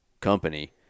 company